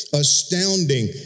astounding